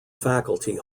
faculty